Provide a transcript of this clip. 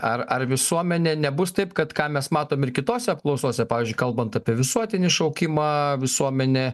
ar ar visuomenė nebus taip kad ką mes matom ir kitose apklausose pavyzdžiui kalbant apie visuotinį šaukimą visuomenė